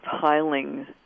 piling